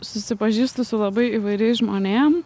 susipažįstu su labai įvairiais žmonėm